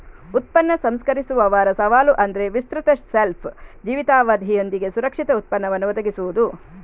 ಉತ್ಪನ್ನ ಸಂಸ್ಕರಿಸುವವರ ಸವಾಲು ಅಂದ್ರೆ ವಿಸ್ತೃತ ಶೆಲ್ಫ್ ಜೀವಿತಾವಧಿಯೊಂದಿಗೆ ಸುರಕ್ಷಿತ ಉತ್ಪನ್ನವನ್ನ ಒದಗಿಸುದು